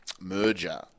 merger